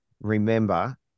remember